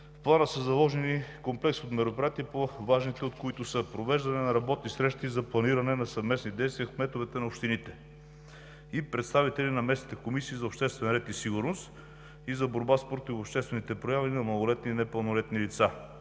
В плана са заложени комплекс от мероприятия, по-важните от които са: провеждане на работни срещи за планиране на съвместни действия с кметовете на общините и представители на местните комисии за обществен ред и сигурност и за борба с противообществените прояви на малолетни и непълнолетни лица;